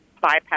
bypass